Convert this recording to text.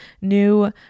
new